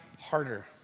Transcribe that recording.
harder